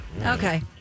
Okay